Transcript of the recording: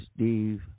Steve